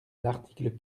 l’article